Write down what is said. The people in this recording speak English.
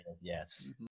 Yes